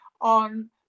on